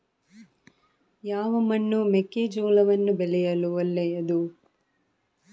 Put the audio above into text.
ಯಾವ ಮಣ್ಣು ಮೆಕ್ಕೆಜೋಳವನ್ನು ಬೆಳೆಯಲು ಒಳ್ಳೆಯದು?